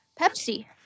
Pepsi